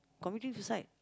committing suicide